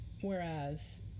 whereas